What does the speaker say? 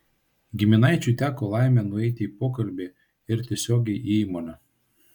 giminaičiui teko laimė nueiti į pokalbį ir tiesiogiai į įmonę